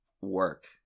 work